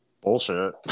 bullshit